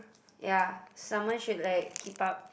ya someone should like keep up